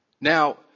Now